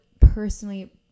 personally